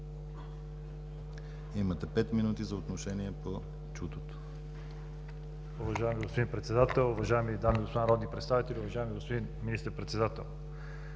Имате пет минути за отношение по чутото.